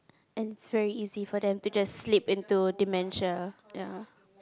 and is very easy for them to just sleep into dementia ya